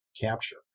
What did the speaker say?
capture